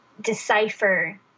decipher